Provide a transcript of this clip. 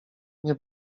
nie